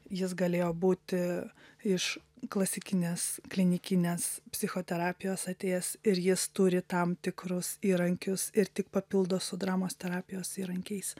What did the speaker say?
jis galėjo būti iš klasikinės klinikinės psichoterapijos atėjęs ir jis turi tam tikrus įrankius ir tik papildo su dramos terapijos įrankiais